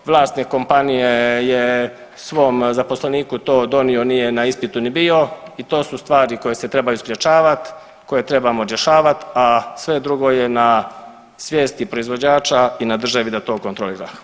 Vlasnik kompanije je svom zaposleniku to donio, nije na ispitu ni bio i to su stvari koje se trebaju sprječavati, koje trebamo rješavati, a sve drugo je na svijesti proizvođača i na državi da to kontrolira.